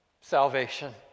salvation